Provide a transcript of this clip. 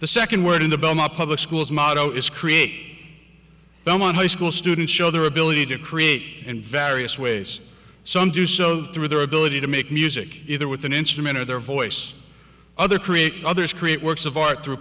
the second word in the public schools motto is create them on high school students show their ability to create in various ways some through their ability to make music either with an instrument or their voice other create others create works of art through